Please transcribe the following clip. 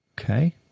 Okay